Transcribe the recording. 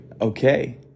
okay